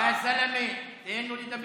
יא זלמה, תן לו לדבר.